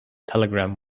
telegram